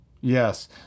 Yes